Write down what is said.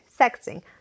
sexing